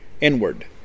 inward